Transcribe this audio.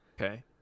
Okay